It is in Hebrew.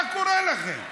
מה קורה לכם?